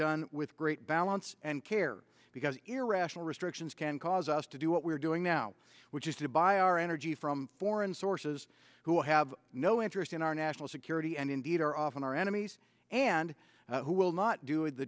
done with great balance and care because irrational restrictions can cause us to do what we are doing now which is to buy our energy from foreign sources who have no interest in our national security and indeed are often our enemies and who will not do